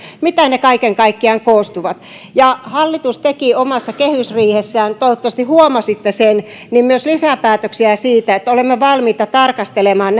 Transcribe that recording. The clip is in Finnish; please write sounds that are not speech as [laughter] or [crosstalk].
kaiken kaikkiaan koostuvat hallitus teki omassa kehysriihessään toivottavasti huomasitte sen myös lisäpäätöksiä siitä että olemme valmiita tarkastelemaan [unintelligible]